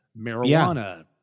Marijuana